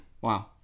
Wow